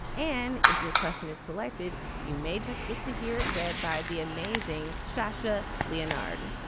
and if your question is selected you may just get to hear it read by the amazing sasha lenard.